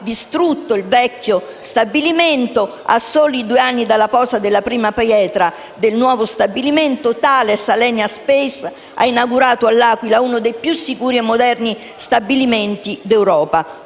distrutto il vecchio stabilimento e a soli due anni dalla posa della pietra del nuovo stabilimento, Thales Alenia Space ha inaugurato a L'Aquila uno dei più sicuri e moderni stabilimenti d'Europa.